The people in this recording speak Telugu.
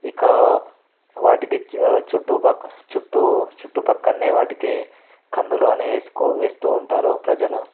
ఇక వాటికి చుట్టు పక్క చుట్టు చుట్టుపక్కనే వాటికి కందులు కానీ వేస్కో వేస్తూ ఉంటారు ప్రజలు